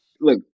Look